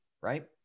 right